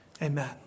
Amen